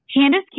Candace